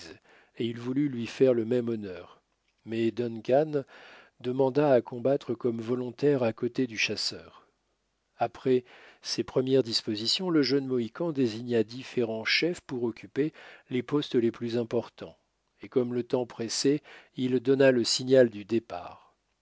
et il voulut lui faire le même honneur mais duncan demanda à combattre comme volontaire à côté du chasseur après ces premières dispositions le jeune mohican désigna différents chefs pour occuper les postes les plus importants et comme le temps pressait il donna le signal du départ